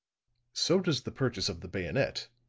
so does the purchase of the bayonet,